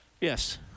Yes